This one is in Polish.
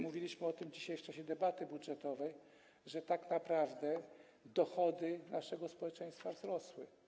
Mówiliśmy dzisiaj w czasie debaty budżetowej o tym, że tak naprawdę dochody naszego społeczeństwa wzrosły.